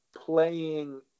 playing